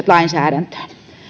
lainsäädäntöön